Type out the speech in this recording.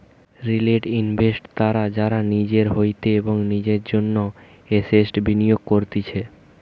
retail investors তারা যারা নিজের হইতে এবং নিজের জন্য এসেটস বিনিয়োগ করতিছে